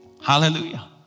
Hallelujah